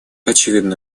очевидно